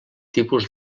tipus